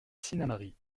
sinnamary